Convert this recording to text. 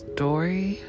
Story